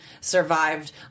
survived